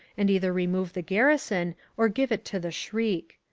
and either remove the garrison or give it to the shriek.